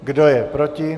Kdo je proti?